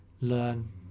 learn